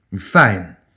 Fine